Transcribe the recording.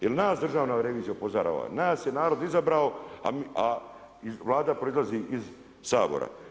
Jer nas državna revizija upozorava, nas je narod izabrao, a Vlada proizlazi iz Sabora.